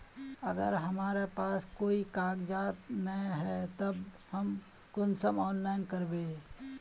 अगर हमरा पास कोई कागजात नय है तब हम कुंसम ऑनलाइन करबे?